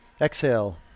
Exhale